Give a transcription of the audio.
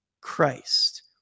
Christ